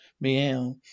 Meow